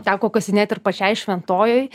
teko kasinėt ir pačiai šventojoj